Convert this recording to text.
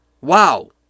Wow